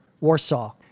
Warsaw